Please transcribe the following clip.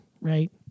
right